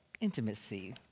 intimacy